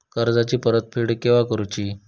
कर्जाची परत फेड केव्हा करुची?